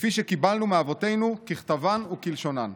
כפי שקיבלנו מאבותינו ככתבן וכלשונן.